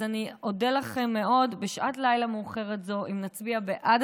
אז אני אודה לכם מאוד בשעת לילה מאוחרת זו אם נצביע בעד